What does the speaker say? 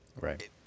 Right